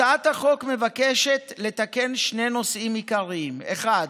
הצעת החוק מבקשת לתקן שני נושאים עיקריים: האחד,